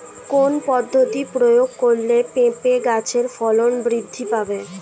কোন পদ্ধতি প্রয়োগ করলে পেঁপে গাছের ফলন বৃদ্ধি পাবে?